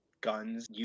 guns